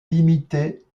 limitée